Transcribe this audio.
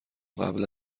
قبل